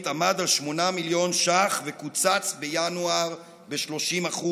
עמד על 8 מיליון ש"ח וקוצץ בינואר ב-30%.